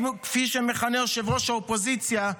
כפי שמכנה ראש האופוזיציה,